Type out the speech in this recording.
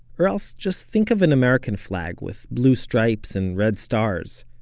or else just think of an american flag with blue stripes and red stars,